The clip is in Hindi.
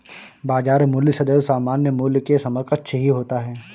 बाजार मूल्य सदैव सामान्य मूल्य के समकक्ष ही होता है